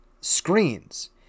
screens